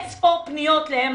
וקיבלנו אין ספור פניות ל-MRI.